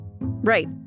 right